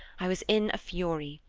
i was in a fury.